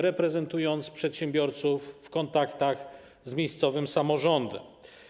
Reprezentuje ona przedsiębiorców w kontaktach z miejscowym samorządem.